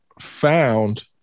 found